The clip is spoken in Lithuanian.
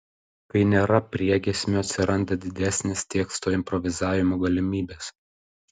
kai nėra priegiesmio atsiranda didesnės teksto improvizavimo galimybės